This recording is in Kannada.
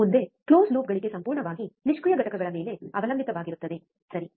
ಮುಂದೆ ಕ್ಲೋಸ್ ಲೂಪ್ ಗಳಿಕೆ ಸಂಪೂರ್ಣವಾಗಿ ನಿಷ್ಕ್ರಿಯ ಘಟಕಗಳ ಮೇಲೆ ಅವಲಂಬಿತವಾಗಿರುತ್ತದೆ ಸರಿ